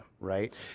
right